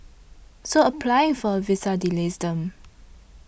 so applying for a visa delays them